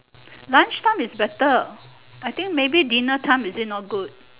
lunch time is better I think may be dinner time is it not good